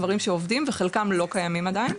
דברים שעובדים וחלקם לא קיימים עדיין,